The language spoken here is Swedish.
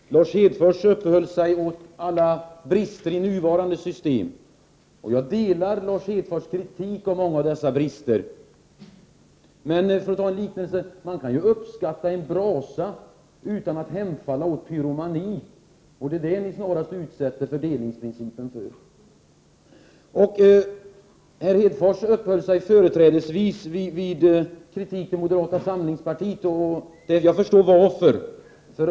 Fru talman! Lars Hedfors uppehöll sig vid alla brister i nuvarande system, och jag instämmer i hans kritik av dessa brister. Men för att ta en liknelse: Man kan ju uppskatta en brasa utan att hemfalla åt pyromani. Det är det ni snarast utsätter fördelningsprincipen för, Lars Hedfors. Herr Hedfors uppehöll sig vidare företrädesvis vid kritik mot moderata samlingspartiet, och jag förstår varför.